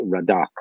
Radak